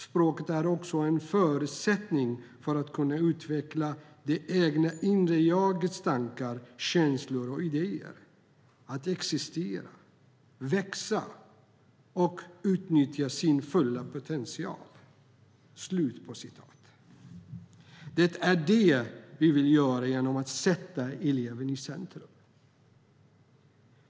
Språket är också en förutsättning för att kunna utveckla det egna inre jagets tankar, känslor och idéer. Att existera, växa och utnyttja sin fulla potential." Det är detta vi vill göra genom att sätta eleven i centrum.